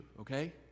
okay